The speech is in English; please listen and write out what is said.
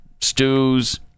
Stew's